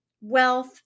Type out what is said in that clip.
wealth